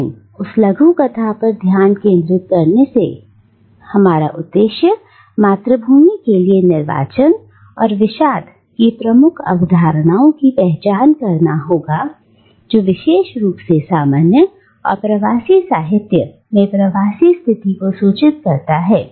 लेकिन उस लघुकथा पर ध्यान केंद्रित करने का हमारा उद्देश्य मातृभूमि के लिए निर्वाचन और विषाद की प्रमुख अवधारणाओं की पहचान करना होगा जो विशेष रूप से सामान्य और प्रवासी साहित्य में प्रवासी स्थिति को सूचित करता है